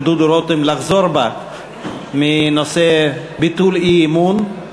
דודו רותם לחזור בה מנושא ביטול אי-אמון.